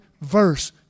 verse